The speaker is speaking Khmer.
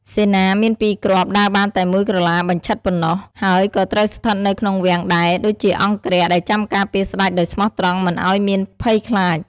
សេនា មានពីរគ្រាប់ ដើរបានតែមួយក្រឡាបញ្ឆិតប៉ុណ្ណោះ ហើយក៏ត្រូវស្ថិតនៅក្នុង វាំង ដែរ ដូចជាអង្គរក្សដែលចាំការពារស្តេចដោយស្មោះត្រង់មិនឱ្យមានភ័យខ្លាច។